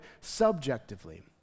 subjectively